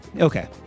Okay